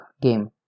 game